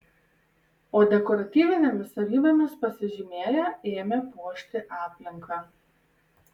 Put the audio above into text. o dekoratyvinėmis savybėmis pasižymėję ėmė puošti aplinką